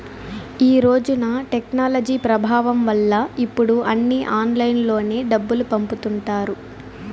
ఈ రోజున టెక్నాలజీ ప్రభావం వల్ల ఇప్పుడు అన్నీ ఆన్లైన్లోనే డబ్బులు పంపుతుంటారు